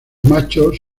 machos